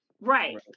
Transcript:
Right